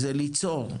זה ליצור,